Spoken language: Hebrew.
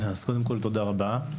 קודם כל, תודה רבה.